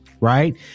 right